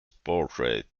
portrait